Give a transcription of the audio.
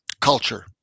culture